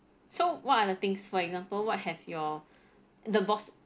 so what other things for example what have your the boss